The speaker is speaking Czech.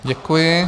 Děkuji.